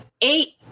Eight